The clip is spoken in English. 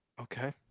Okay